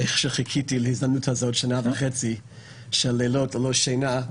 חיכיתי להזדמנות הזאת שנה וחצי של לילות ללא שינה,